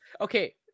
Okay